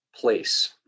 place